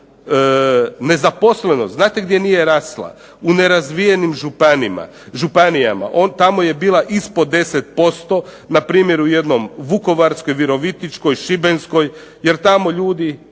Nezaposlenost znate gdje nije rasla, u nerazvijenim županijama. Tamo je bila ispod 10%. Na primjeru jedno Vukovarskoj, Virovitičkoj, Šibenskoj jer tamo ljudi